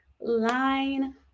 line